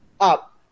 up